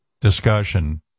discussion